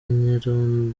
nyirinzu